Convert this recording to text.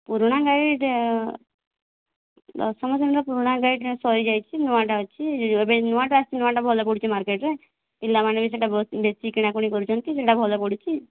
ପୁରୁଣା ଗାଇଡ଼ ଦଶମ ଶ୍ରେଣୀର ପୁରୁଣା ଗାଇଡ଼ ସରିଯାଇଛି ନୂଆଟା ଅଛି ଏବେ ନୂଆଟା ଆସିଛି ନୂଆଟା ଭଲ ପଡ଼ୁଛି ମାର୍କେଟରେ ପିଲାମାନେ ବି ସେଟା ବେଶି କିଣା କିଣି କରୁଛନ୍ତି ସେଟା ଭଲ ପଡ଼ୁଛି